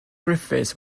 griffiths